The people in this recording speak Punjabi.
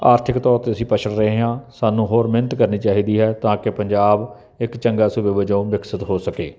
ਆਰਥਿਕ ਤੌਰ 'ਤੇ ਅਸੀਂ ਪਛੜ ਰਹੇ ਹਾਂ ਸਾਨੂੰ ਹੋਰ ਮਿਹਨਤ ਕਰਨੀ ਚਾਹੀਦੀ ਹੈ ਤਾਂ ਕਿ ਪੰਜਾਬ ਇੱਕ ਚੰਗਾ ਸੂਬੇ ਵਜੋਂ ਵਿਕਸਿਤ ਹੋ ਸਕੇ